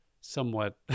somewhat